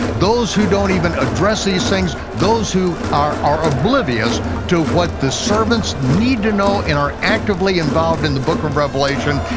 those who don't even address these things, those who are are oblivious to what the servants need to know, and are actively involved in the book of revelation,